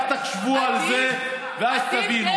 רק תחשבו על זה ואז תבינו.